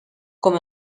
com